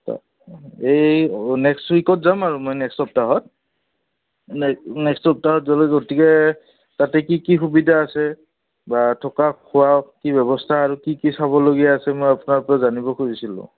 এই নেক্সট উইকত যাম আৰু মই নেক্সট সপ্তাহত নেক্সট সপ্তাহত গতিকে তাতে কি কি সুবিধা আছে বা থকা খোৱা কি ব্যৱস্থা আৰু কি কি চাবলগীয়া আছে মই আপোনাৰ পৰা জানিব খুজিছিলোঁ